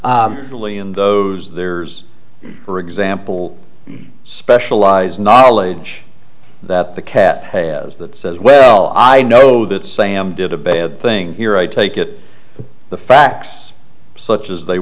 there's for example specialized knowledge that the cat that says well i know that sam did a bad thing here i take it the facts such as they